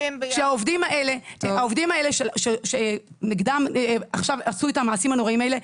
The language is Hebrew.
שהעובדים האלה שנגדם עכשיו עשו את המעשים הנוראיים האלה,